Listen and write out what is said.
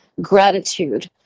gratitude